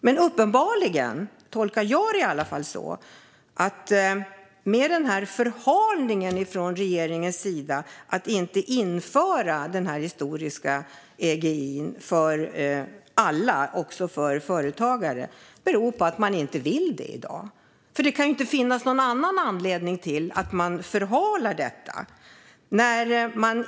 Men jag tolkar det som att förhalningen från regeringens sida, där man inte inför historisk EGI för alla, också företagare, beror på att man i dag inte vill det. Det kan ju inte finnas någon annan anledning till att man förhalar detta.